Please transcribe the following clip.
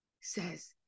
says